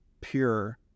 pure